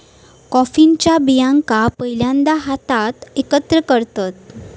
कॉफीच्या बियांका पहिल्यांदा हातात एकत्र करतत